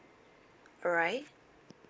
alright